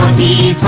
the